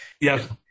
Yes